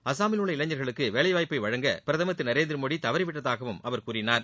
அசாமில் உள்ள இளைஞர்களுக்கு வேலைவாய்ப்பை வழங்க பிரதமர் திரு நரேந்திரமோடி தவறிவிட்டதாகவும் அவர் கூறினார்